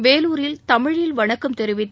வேலூரில் தமிழில் வணக்கம் தெரிவித்து